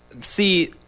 see